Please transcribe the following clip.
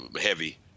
heavy